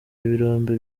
ibirombe